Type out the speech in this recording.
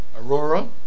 Aurora